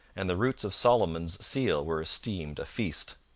and the roots of solomon's seal were esteemed a feast.